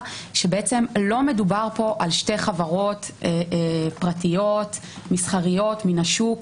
שלא מדובר פה על שתי חברות פרטיות מסחריות מן השוק.